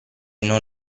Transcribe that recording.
non